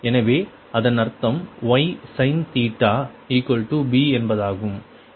எனவே அதன் அர்த்தம் Ysin B என்பதாகும்